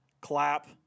clap